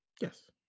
Yes